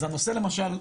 אז הנושא למשל,